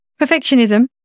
perfectionism